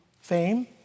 Fame